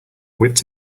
wits